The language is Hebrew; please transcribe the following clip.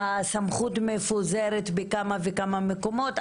הסמכות מפוזרת בכמה וכמה מקומות.